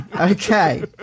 Okay